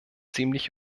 ziemlich